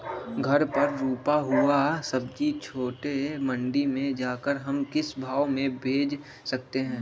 घर पर रूपा हुआ सब्जी छोटे मंडी में जाकर हम किस भाव में भेज सकते हैं?